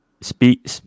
Speak